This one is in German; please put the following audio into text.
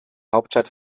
hauptstadt